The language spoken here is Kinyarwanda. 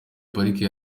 parike